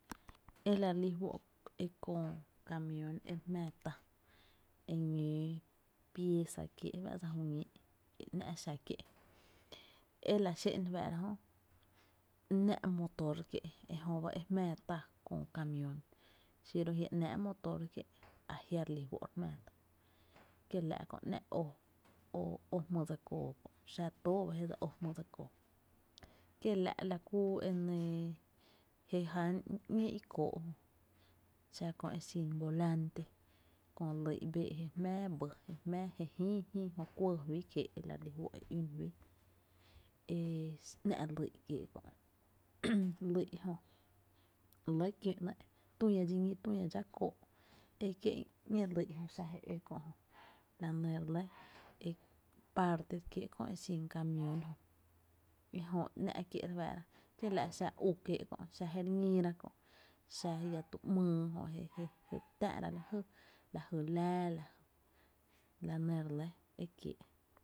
E la re lí fó’ e kö camión e re jmáá tá’ eñóo pieza kiéé’ fá’ dsa ju ñíi’ e ‘nⱥ’ xa kié’ e la xé’n re fáá’ra jö ‘nⱥ’ motor kié’ ejöba e jmⱥⱥ tá köö kamión xiro a jia’ ‘nⱥⱥ’ motor kié’ ajia’ re lí fó’ re jmⱥⱥ tá kiela’ kö ‘nⱥ’ ó ó jmy dse koo kö’, xa tóo ba je dse ó jmy dse koo, kiela’ la kú e nɇɇ la kú je ján ´ñee i kóó’ xa kö e xin volante kö lyy’ bee’ jé jmⱥⱥ bý je jïï, jïi jö kuɇɇ fí kiee’ la ku e ün fí, e ‘nⱥ’ lyy’ kiee’ kö’ lyy’ jö re lɇ kiö ‘nɇɇ’ tü lla dxi ñí, tü lla dxa kóó’ e kie’ ñee lyy’ jö xa jé ǿ kö’ jö la nɇ re lɇ parte kiéé’ köö e xin camión jö, ejö ‘nⱥ’ kié’ re fáá’ra, kiela’ u kiee’ kö’ xa je re ñíra, xa llá tu ‘myy jö je re táá’ra lajy, la jy láá jy, la nɇ re lɇ e kiee’.